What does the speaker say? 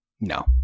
No